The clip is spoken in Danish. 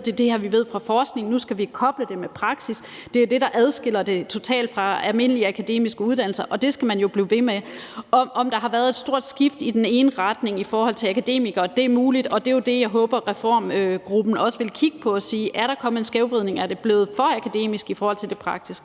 det her, vi ved fra forskningen, og nu skal vi koble det med praksis. Det er jo det, der adskiller dem totalt fra almindelige akademiske uddannelser, og sådan skal det jo blive ved med at være. At der har været et stort skifte i retning af en akademisering, er muligt, og jeg håber, at reformengruppen også vil kigge på det og sige: Er der kommet en skævvridning, og er der blevet for meget akademisk indhold i forhold til det praktiske?